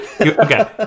Okay